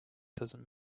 doesn’t